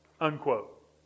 Unquote